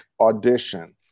audition